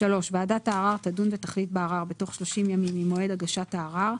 (3) ועדת הערר תדון ותחליט בערר בתוך שלושים ימים ממועד הגשת הערר.